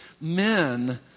men